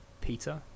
Peter